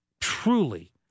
truly